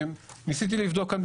ניסיתי לבדוק כאן,